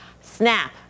Snap